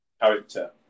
character